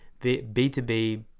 B2B